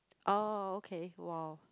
oh okay !wow!